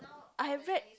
I have read